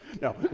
No